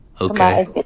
Okay